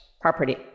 property